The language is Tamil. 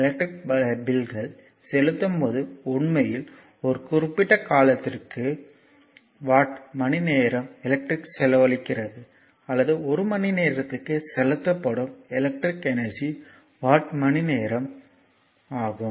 எலக்ட்ரிக் பில்கள் செலுத்தும் போது உண்மையில் ஒரு குறிப்பிட்ட காலத்திற்கு வாட் மணி நேரம் எலக்ட்ரிக் செலவழிக்கிறது அல்லது ஒரு மணிநேரத்துக்கு செலுத்தப்படும் எலக்ட்ரிக் எனர்ஜி வாட் மணி நேரம் ஆகும்